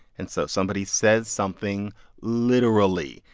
and so somebody says something literally,